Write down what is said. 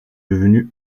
devenue